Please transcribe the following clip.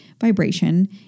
vibration